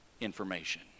information